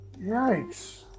yikes